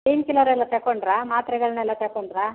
pine killer ಎಲ್ಲ ತಗೊಂಡ್ರಾ ಮಾತ್ರೆಗಳನ್ನೆಲ್ಲ ತಗೊಂಡ್ರಾ